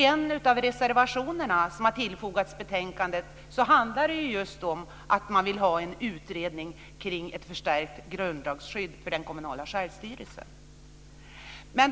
En av reservationerna handlar just om att man vill ha en utredning kring ett förstärkt grundlagsskydd för den kommunala självstyrelsen.